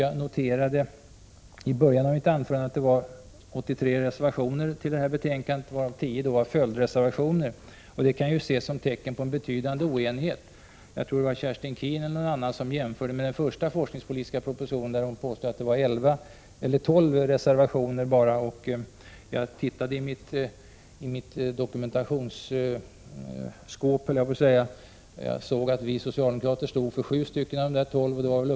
Jag noterade i början av mitt anförande att det finns 83 reservationer till betänkandet, varav 10 följdreservationer. Det kan ju ses som ett tecken på en betydande oenighet. Det var Kerstin Keen eller någon annan som jämförde med den första forskningspolitiska propositionen, om vilken hon påstod att det bara var 11 eller 12 reservationer. Jag tittade i mina papper och såg att vi socialdemokrater stod för 7 reservationer av de 12.